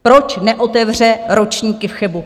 Proč neotevře ročníky v Chebu?